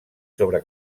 sobre